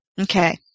Okay